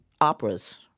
operas